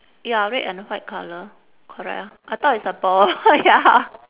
ya red and white colour correct ah I thought it's a ball ya